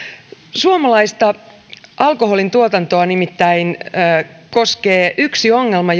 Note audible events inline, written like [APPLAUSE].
suomalaista alkoholin tuotantoa nimittäin koskee yksi ongelma [UNINTELLIGIBLE]